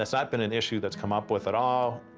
that's not been an issue that's come up with at all,